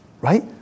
right